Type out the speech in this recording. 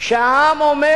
שהעם אומר: